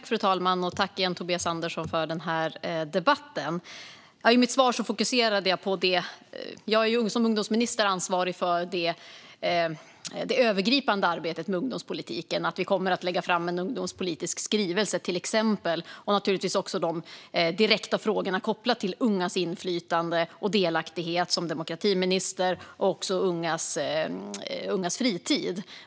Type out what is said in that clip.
Fru talman! Tack igen, Tobias Andersson, för den här debatten! I mitt svar fokuserade jag på det övergripande arbetet med ungdomspolitiken, som jag som ungdomsminister är ansvarig för. Vi kommer till exempel att lägga fram en ungdomspolitisk skrivelse, och det handlar för mig som demokratiminister naturligtvis också om de direkta frågorna kopplade till ungas inflytande och delaktighet och även om ungas fritid.